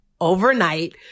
overnight